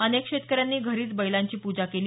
अनेक शेतकऱ्यांनी घरीच बैलांची पूजा केली